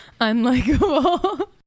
unlikable